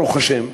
ברוך השם,